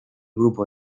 grupo